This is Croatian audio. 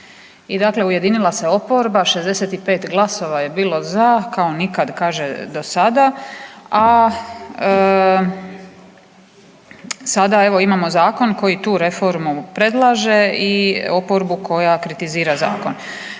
I dakle ujedinila se oporba, 65 glasova je bilo za kao nikad kaže do sada, a sada evo imamo zakon koji tu reformu predlaže i oporbu koja kritizira zakon.